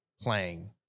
playing